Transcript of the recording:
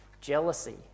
jealousy